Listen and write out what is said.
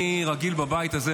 אני רגיל בבית הזה,